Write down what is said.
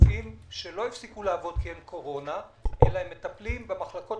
רופאים שלא הפסיקו לעבוד כי אין קורונה אלא הם מטפלים במחלקות